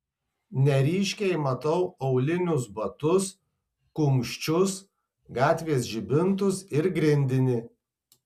neryškiai matau aulinius batus kumščius gatvės žibintus ir grindinį